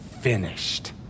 finished